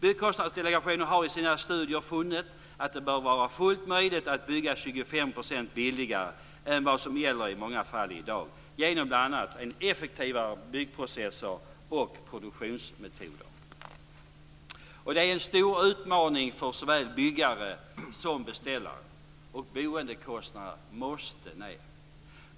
Byggkostnadsdelegationen har i sina studier funnit att det bör vara fullt möjligt att bygga 25 % billigare än vad som gäller i många fall i dag genom bl.a. effektivare byggprocesser och produktionsmetoder. Det är en stor utmaning för såväl byggare som beställare. Boendekostnaderna måste ned.